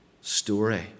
story